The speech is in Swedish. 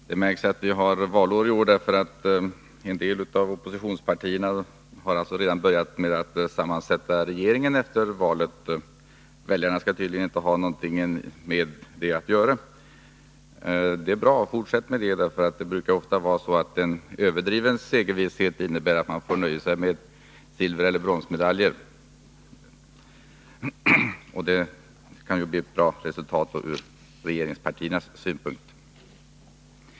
Fru talman! Det märks att vi har valår i år: en del av oppositionspartierna har tydligen redan börjat sammansätta en regering efter valet — väljarna skall uppenbarligen inte ha någonting med detta att göra. Det är bra; fortsätt med det! Det brukar nämligen vara så, att en överdriven segervisshet innebär att man får nöja sig med silvereller bronsmedalj i stället för guldplatsen, och det kan ju då bli ett bra resultat, sett ur regeringspartiernas synpunkt.